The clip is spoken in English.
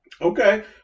Okay